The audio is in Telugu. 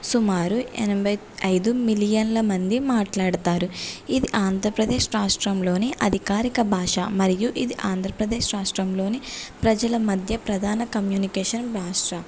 సుమారు ఎనభై ఐదు మిలియన్ల మంది మాట్లాడుతారు ఇది ఆంధ్రప్రదేశ్ రాష్ట్రంలోని అధికారిక భాష మరియు ఇది ఆంధ్రప్రదేశ్ రాష్ట్రంలోని ప్రజల మధ్య ప్రధాన కమ్యూనికేషన్ భాష